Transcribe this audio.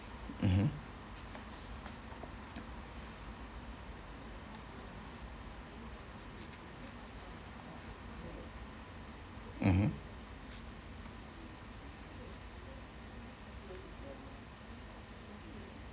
mmhmm mmhmm